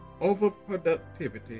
overproductivity